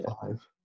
five